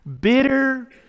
Bitter